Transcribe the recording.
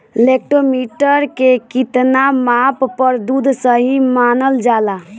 Lactometer के कितना माप पर दुध सही मानन जाला?